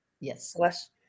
yes